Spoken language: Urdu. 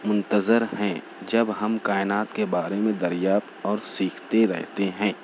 منتظر ہیں جب ہم کائنات کے بارے میں دریافت اور سیکھتے رہتے ہیں